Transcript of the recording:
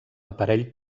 aparell